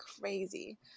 crazy